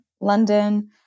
London